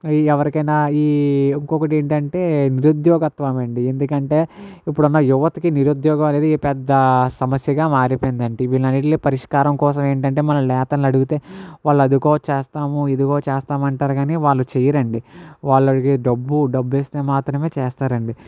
ఈ ఎవరికైనా ఈ ఇంకొకటేంటంటే నిరుద్యోగత్వం అండి ఎందుకంటే ఇప్పుడున్న యువతకి నిరుద్యోగం అనేది పెద్ద సమస్యగా మారిపోయింది అండి వీటీలన్నిటి పరిష్కారం కోసం ఏంటంటే మన నేతలను అడిగితే వాళ్ళు అదిగో చేస్తాము ఇదిగో చేస్తాం అంటారు కాని వాళ్ళు చేయరండి వాళ్ళకి డబ్బు డబ్బు ఇస్తే మాత్రమే చేస్తారండి